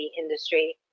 industry